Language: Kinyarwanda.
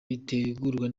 bitegurwa